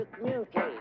communicate